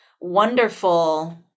wonderful